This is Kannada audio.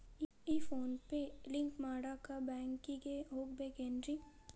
ಈ ಫೋನ್ ಪೇ ಲಿಂಕ್ ಮಾಡಾಕ ಬ್ಯಾಂಕಿಗೆ ಹೋಗ್ಬೇಕೇನ್ರಿ?